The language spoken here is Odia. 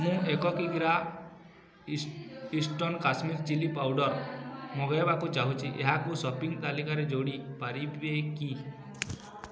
ମୁଁ ଏକ କିଗ୍ରା ଇଷ୍ଟର୍ନ କାଶ୍ମୀରି ଚିଲ୍ଲି ପାଉଡ଼ର୍ ମଗାଇବାକୁ ଚାହୁଁଛି ଏହାକୁ ସପିଂ ତାଲିକାରେ ଯୋଡ଼ି ପାରିବେ କି